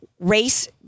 Race